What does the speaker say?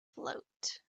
float